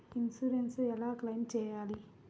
Insurance ఎలా claim చేయాలి?